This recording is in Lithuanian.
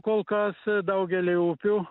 kol kas daugely upių